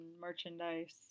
merchandise